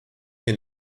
den